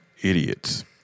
idiots